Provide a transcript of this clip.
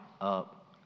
up